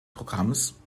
programms